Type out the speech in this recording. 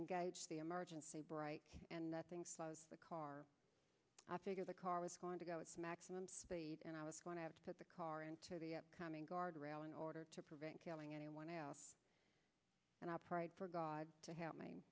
engage the emergency brake and nothing slows the car i figure the car is going to go its maximum speed and i was going to have to put the car into the upcoming guardrail in order to prevent killing anyone else and i prayed for god to help me